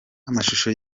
amashusho